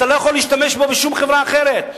אתה לא יכול להשתמש בו בשום חברה אחרת.